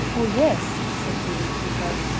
oh, yes, said the innkeeper.